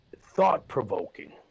thought-provoking